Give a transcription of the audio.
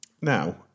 Now